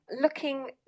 looking